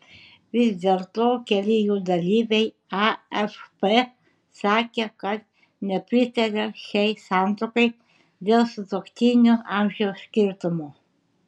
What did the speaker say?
vis dėlto keli jų dalyviai afp sakė kad nepritaria šiai santuokai dėl sutuoktinių amžiaus skirtumo